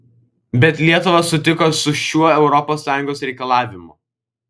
bet lietuva sutiko su šiuo europos sąjungos reikalavimu